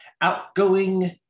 outgoing